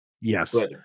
Yes